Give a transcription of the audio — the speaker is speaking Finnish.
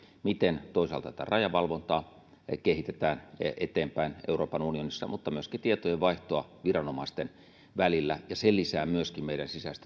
miten toisaalta rajavalvontaa kehitetään eteenpäin euroopan unionissa mutta myöskin tietojenvaihtoa viranomaisten välillä ja se lisää myöskin meidän sisäistä